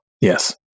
yes